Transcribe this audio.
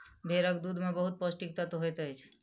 भेड़क दूध में बहुत पौष्टिक तत्व होइत अछि